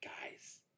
guys